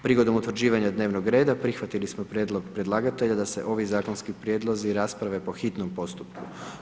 Prigodom utvrđivanja dnevnog reda, prihvatili smo prijedlog predlagatelja da se ovi zakonski prijedlozi rasprave po hitnom postupku.